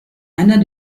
einer